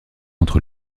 entre